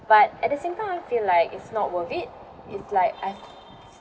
but at the same time I feel like it's not worth it it's like I've